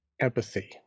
empathy